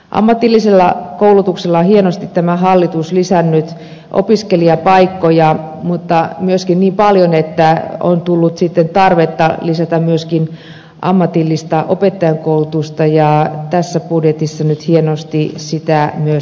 ammatilliselle koulutukselle on tämä hallitus hienosti lisännyt opiskelijapaikkoja mutta myöskin niin paljon että on tullut sitten tarvetta lisätä myöskin ammatillista opettajankoulutusta ja tässä budjetissa nyt hienosti sitä myös lisätään